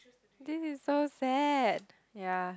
this is so sad ya